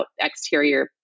exterior